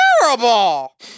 terrible